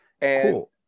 Cool